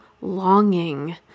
longing